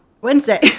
Wednesday